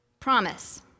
Promise